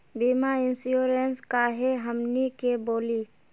बीमा इंश्योरेंस का है हमनी के बोली?